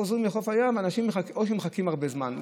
הם חוזרים מחוף הים והם מחכים הרבה זמן,